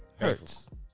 hurts